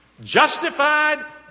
Justified